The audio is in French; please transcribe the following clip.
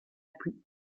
plus